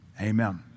Amen